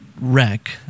wreck